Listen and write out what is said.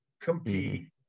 compete